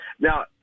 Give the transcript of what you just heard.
Now